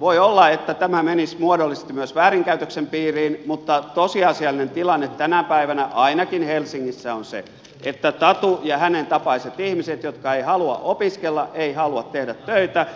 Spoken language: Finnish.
voi olla että tämä menisi muodollisesti myös väärinkäytöksen piiriin mutta tosiasiallinen tilanne tänä päivänä ainakin helsingissä on se että tatu ja hänen tapaisensa ihmiset jotka eivät halua opiskella eivät halua tehdä töitä